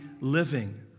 living